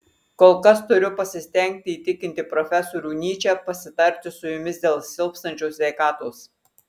kol kas turiu pasistengti įtikinti profesorių nyčę pasitarti su jumis dėl silpstančios sveikatos